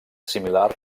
similar